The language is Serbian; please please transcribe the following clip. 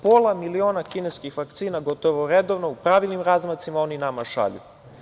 Pola miliona kineskih vakcina gotovo redovno u pravilnim razmacima oni nama šalju.